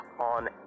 on